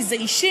כי זה אישי,